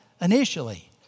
Initially